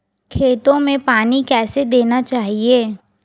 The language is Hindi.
खेतों में पानी कैसे देना चाहिए?